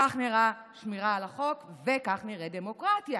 כך נראית שמירה על החוק וכך נראית דמוקרטיה.